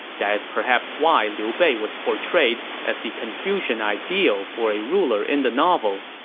that is perhaps why liu bei was portrayed as the confucian ideal for a ruler in the novel.